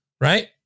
right